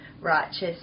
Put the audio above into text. righteous